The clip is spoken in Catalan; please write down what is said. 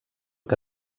que